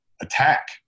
attack